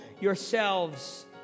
yourselves